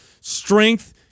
Strength